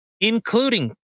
including